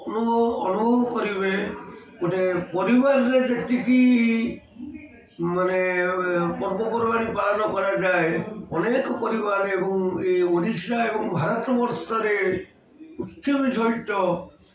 ଅନୁଭବ ଅନୁଭବ କରି ହୁଏ ଗୋଟେ ପରିବାରରେ ଯେତିକି ମାନେ ପର୍ବପର୍ବାଣି ପାଳନ କରାଯାଏ ଅନେକ ପରିବାର ହଉ ଏ ଓଡ଼ିଶା ଏବଂ ଭାରତବର୍ଷରେ ଉଚ୍ଚବୀ ସହିତ